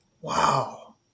Wow